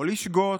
או לשגות,